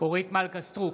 אורית מלכה סטרוק,